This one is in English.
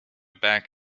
back